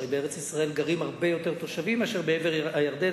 הרי בארץ-ישראל גרים הרבה יותר תושבים מאשר בעבר הירדן?